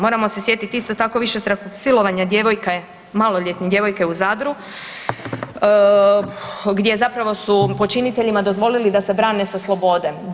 Moramo se sjetiti, isto tako, višestrukog silovanja djevojke, maloljetne djevojke u Zadru gdje zapravo su počiniteljima dozvolili da se brane sa slobode.